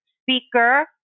speaker